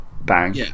bang